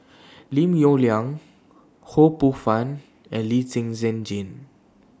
Lim Yong Liang Ho Poh Fun and Lee Zhen Zhen Jane